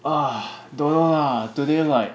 don't know lah today like